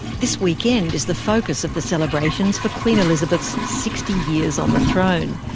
this weekend is the focus of the celebrations for queen elizabeth's sixty years on the throne.